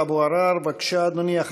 חבר הכנסת טלב אבו עראר, בבקשה, אדוני.